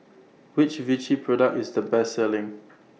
Which Vichy Product IS The Best Selling